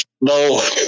No